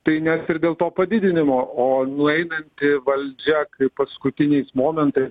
tai net ir dėl to padidinimo o nueinanti valdžia paskutiniais momentais